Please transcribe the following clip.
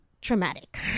traumatic